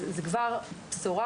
אז זו כבר בשורה.